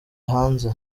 hanze